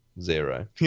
zero